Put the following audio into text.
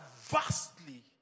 vastly